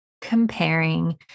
comparing